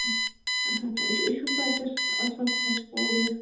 اَہن سا یہِ چھُ یہِ چھُ بچس آسان